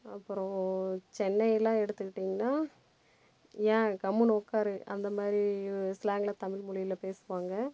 அப்புறோம் சென்னையிலாம் எடுத்துக்கிட்டீகனால் ஏன் கம்முனு உட்காரு அந்தமாதிரி ஸ்லாங்கில் தமிழ்மொழில பேசுவாங்க